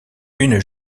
une